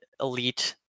elite